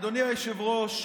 אדוני היושב-ראש,